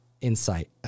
insight